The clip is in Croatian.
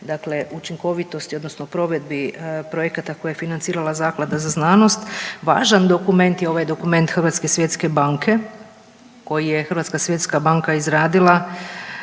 dakle učinkovitosti odnosno provedbi projekata koje je financirala zaklada za znanost, važan dokument je ovaj dokument Hrvatske svjetske banke, koji je Hrvatska svjetska banka izradila